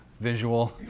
visual